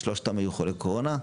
שלושתם היו חולי קורונה,